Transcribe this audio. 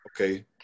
okay